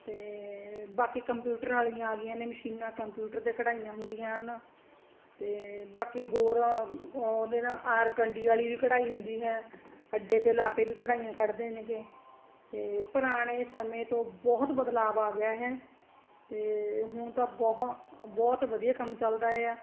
ਅਤੇ ਬਾਕੀ ਕੰਪਿਊਟਰ ਵਾਲੀਆਂ ਆ ਗਈਆਂ ਨੇ ਮਸ਼ੀਨਾਂ ਕੰਪਿਊਟਰ 'ਤੇ ਕਢਾਈਆਂ ਹੁੰਦੀਆਂ ਹਨ ਅਤੇ ਬਾਕੀ ਹੋਰ ਉਹਦੇ ਨਾਲ ਆਰਕੰਡੀ ਵਾਲੀ ਵੀ ਕਢਾਈ ਹੁੰਦੀ ਹੈ ਅੱਡੇ 'ਤੇ ਲਾ ਕੇ ਵੀ ਕਢਾਈਆਂ ਕੱਢਦੇ ਨੇਗੇ ਅਤੇ ਪੁਰਾਣੇ ਸਮੇਂ ਤੋਂ ਬਹੁਤ ਬਦਲਾਅ ਆ ਗਿਆ ਹੈ ਅਤੇ ਹੁਣ ਤਾਂ ਬਹੁ ਬਹੁਤ ਵਧੀਆ ਕੰਮ ਚੱਲਦਾ ਆ